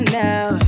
now